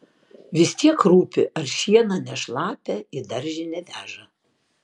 vis tiek rūpi ar šieną ne šlapią į daržinę veža